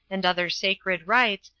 and other sacred rites,